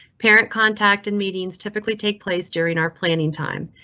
parent contact in meetings typically take place during our planning time.